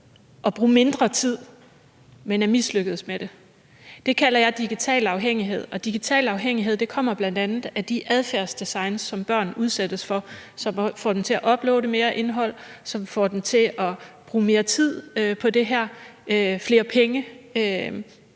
at bruge mindre tid, men er mislykkedes med det. Det kalder jeg digital afhængighed, og digital afhængighed kommer bl.a. af de adfærdsdesigns, som børn udsættes for, og som får dem til at uploade mere indhold; som får dem til at bruge mere tid på det her, flere penge.